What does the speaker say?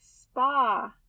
Spa